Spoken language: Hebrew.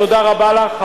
תודה רבה לך.